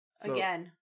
again